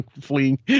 Fleeing